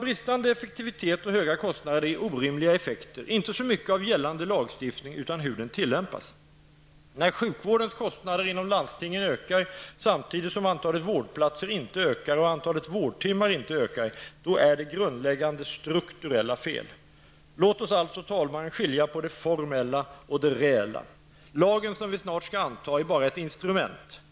Bristande effektivitet och höga kostnader är orimliga effekter, inte så mycket av gällande lagstiftning, utan av hur den tillämpas. När sjukvårdens kostnader inom landstingen ökar samtidigt som antalet vårdplatser inte ökar och antalet vårdtimmar inte ökar, då är det grundläggande strukturella fel. Låt oss alltså skilja på det formella och det reella. Lagen, som vi snart skall anta, är bara ett instrument.